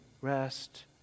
rest